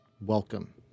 Welcome